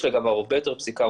יש לגביו הרבה יותר פסיקה,